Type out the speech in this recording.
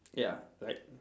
ya right